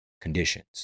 conditions